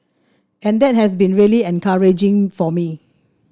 and that has been really encouraging for me